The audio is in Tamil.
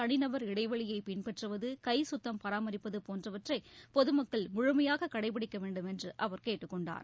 தனிநபர் இடைவெளியை பின்பற்றுவது கை கத்தம் பராமரிப்பது போன்றவற்றை பொதுமக்கள் முழுமையாக கடைபிடிக்க வேண்டுமென்று அவர் கேட்டுக் கொண்டார்